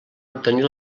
obtenir